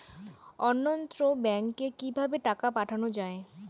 অন্যত্র ব্যংকে কিভাবে টাকা পাঠানো য়ায়?